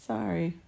Sorry